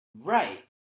Right